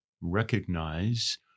recognize